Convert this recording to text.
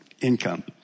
income